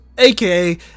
aka